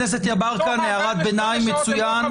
הערת ביניים מצוין.